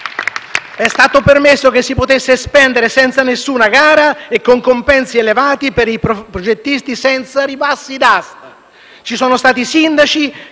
È stato permesso che si potesse spendere senza alcuna gara e con compensi elevati per i progettisti senza ribassi d’asta. Ci sono stati i sindaci che,